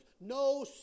no